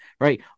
right